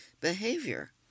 behavior